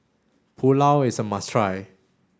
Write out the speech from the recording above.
Pulao is a must try